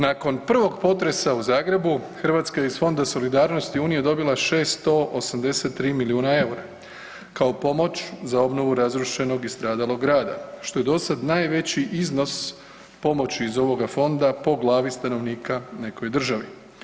Nakon prvog potresa u Zagrebu Hrvatska je iz Fonda solidarnosti unije dobila 683 milijuna EUR-a kao pomoć za obnovu razrušenog i stradalog grada što je dosada najveći iznos pomoći iz ovoga fonda po glavi stanovnika nekoj državi.